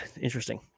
Interesting